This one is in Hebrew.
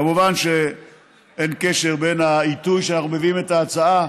כמובן שאין קשר בין העיתוי שאנחנו מביאים את ההצעה